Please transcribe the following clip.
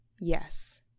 yes